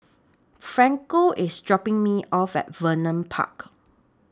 Franco IS dropping Me off At Vernon Park